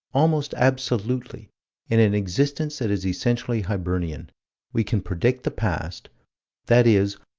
almost absolutely in an existence that is essentially hibernian we can predict the past that is,